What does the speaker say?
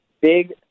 big